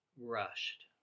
rushed